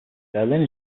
berlin